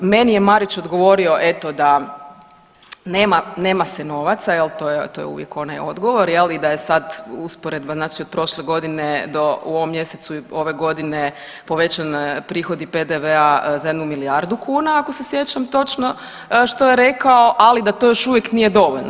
Meni je Marić odgovorio eto da nema se novaca, to je uvijek onaj odgovor i da je sad usporedba znači od prošle godine do u ovom mjesecu ove godine povećani prihodi PDV-a za jednu milijardu kuna ako se sjećam točno što je rekao, ali da to još uvijek nije dovoljno.